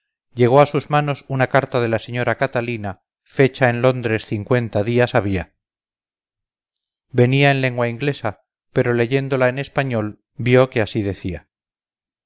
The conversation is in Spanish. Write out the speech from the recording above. llegó a sus manos una carta de la señora catalina fecha en londres cincuenta días había venía en lengua inglesa pero leyéndola en español vio que así decía